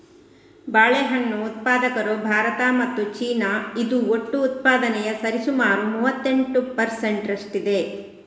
ಬಾಳೆಹಣ್ಣು ಉತ್ಪಾದಕರು ಭಾರತ ಮತ್ತು ಚೀನಾ, ಇದು ಒಟ್ಟು ಉತ್ಪಾದನೆಯ ಸರಿಸುಮಾರು ಮೂವತ್ತೆಂಟು ಪರ್ ಸೆಂಟ್ ರಷ್ಟಿದೆ